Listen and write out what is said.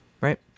right